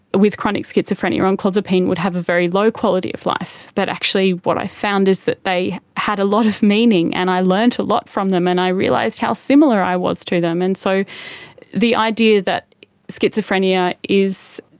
with chronic schizophrenia on clozapine would have a very low quality of life, but actually what i found is that they had a lot of meaning and i learnt a lot from them, and i realised how similar i was to them. and so the idea that schizophrenia is,